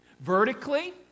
Vertically